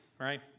right